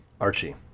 Archie